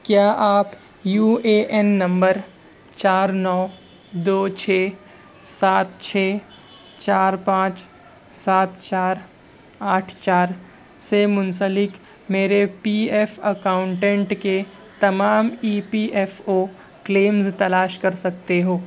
کیا آپ U A N نمبر چار نو دو چھ سات چھ چار پانچ سات چار آٹھ چار سے منسلک میرے پی ایف اکاؤنٹنٹ کے تمام E P F O claims تلاش کر سکتے ہو